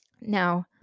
now